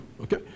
okay